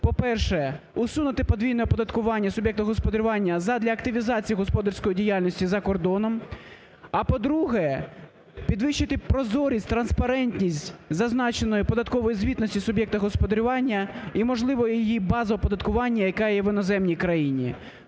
по-перше, усунути подвійне оподаткування суб'єкту господарювання задля активізації господарської діяльності за кордоном, а, по-друге, підвищити прозорість, транспарентність зазначеної податкової звітності суб'єкта господарювання і, можливо, її бази оподаткування, яка є в іноземній країні.